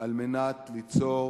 על מנת ליצור